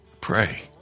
Pray